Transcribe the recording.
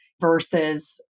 versus